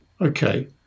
Okay